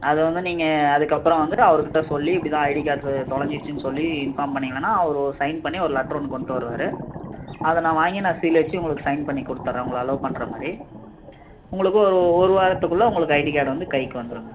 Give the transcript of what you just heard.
அது வந்து நீங்கள் அதுக்கு அப்புறம் வந்து அவர்கள்கிட்ட சொல்லி இப்போ தான் ஐடி கார்டு தொலைஞ்சிடுச்சுனு சொல்லி இன்பார்ம் பண்ணிங்ன்னால் ஒரு சைன் பண்ணி ஒரு லெட்டர் ஒன்று கொண்டுட்டு வருவார் அதை நான் வாங்கி நான் சீல் வச்சு உங்களுக்கு சைன் பண்ணி கொடுத்துடுறேன் உங்களை அல்லோ பண்ணுற மாதிரி உங்களுக்கு ஒரு ஒரு வாரத்துக்கு குள்ளே உங்களுக்கு ஐடி கார்டு கைக்கு வந்துவிடும் மேம்